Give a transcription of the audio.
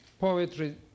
poetry